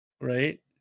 Right